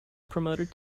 promoted